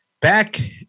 back